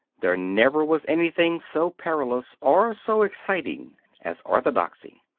there never was anything so perilous or so exciting as orthodoxy.